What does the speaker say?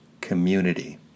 community